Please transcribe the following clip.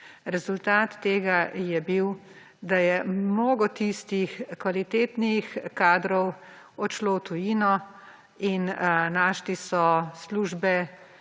Rezultat tega je bil, da je mnogo tistih kvalitetnih kadrov odšlo v tujino. In našli so službe